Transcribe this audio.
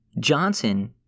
Johnson